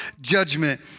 judgment